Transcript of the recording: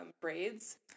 braids